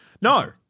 No